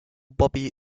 bobby